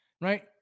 right